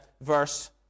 verse